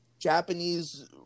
Japanese